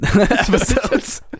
episodes